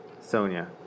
Sonia